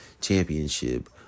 championship